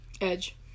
Edge